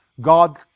God